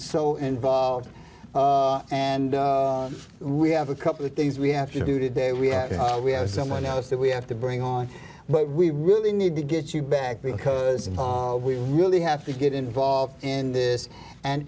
so involved and we have a couple of things we have to do today we have we have someone else that we have to bring on but we really need to get you back because we really have to get involved in this and